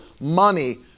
money